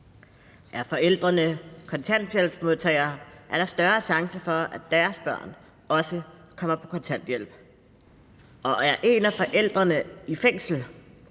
Er forældrene kontanthjælpsmodtagere, er der større chance for, at deres børn også kommer på kontanthjælp. Og er en af forældrene i fængsel,